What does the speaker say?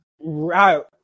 right